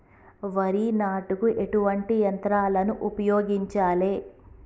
వరి నాటుకు ఎటువంటి యంత్రాలను ఉపయోగించాలే?